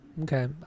Okay